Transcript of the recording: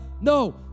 No